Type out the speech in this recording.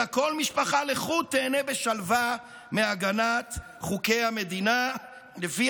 " אלא כל משפחה לחוד תיהנה בשלווה מהגנת חוקי המדינה לפי